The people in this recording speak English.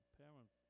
parent